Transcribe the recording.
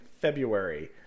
february